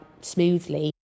smoothly